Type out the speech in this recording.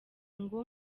ngo